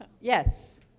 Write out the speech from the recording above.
Yes